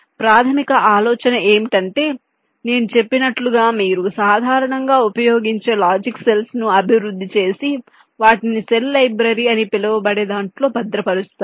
కాబట్టి ప్రాథమిక ఆలోచన ఏంటంటే నేను చెప్పినట్లుగా మీరు సాధారణంగా ఉపయోగించే లాజిక్ సెల్స్ ను అభివృద్ధి చేసి వాటిని సెల్ లైబ్రరీ అని పిలువబడే దాంట్లో భద్రపరుస్తారు